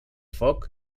foc